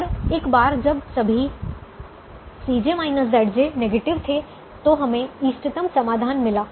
और एक बार जब सभी नेगेटिव थे तो हमें इष्टतम समाधान मिला